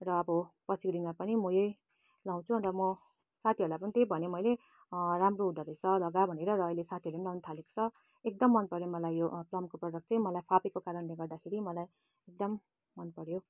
तर अब पछिको दिनमा पनि म यही लगाउँछु अन्त म साथीहरूलाई पनि त्यही भनेँ मैले राम्रो हुँदोरहेछ लगा भनेर र अहिले साथीहरूले पनि लगाउन थालेको छ एकदम मन पऱ्यो यो प्लमको प्रडक्ट चाहिँ मलाई फापेको कारणले गर्दाखेरी मलाई एकदम मन पऱ्यो